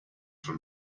from